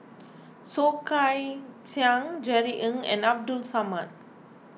Soh Kay Siang Jerry Ng and Abdul Samad